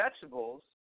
vegetables